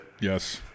yes